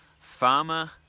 Farmer